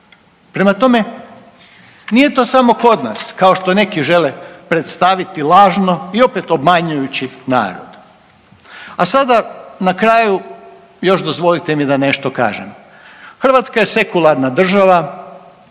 Prema tome, nije to samo kod nas kao što neki žele predstaviti lažno i opet obmanjujući narod. A sada, na kraju još dozvolite mi da nešto kažem. Hrvatska je sekularna država